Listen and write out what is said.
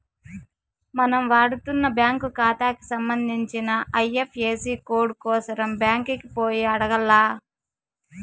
మనం వాడతన్న బ్యాంకు కాతాకి సంబంధించిన ఐఎఫ్ఎసీ కోడు కోసరం బ్యాంకికి పోయి అడగాల్ల